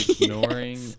ignoring